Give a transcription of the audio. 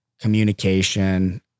communication